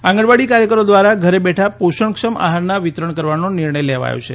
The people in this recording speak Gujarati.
આંગણવાડી કાર્યકરો દ્વારા ઘેરબેઠાં પોષણક્ષમ આહારના વિતરણ કરવાનો નિર્ણય લેવાયો છે